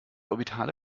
orbitale